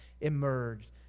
emerged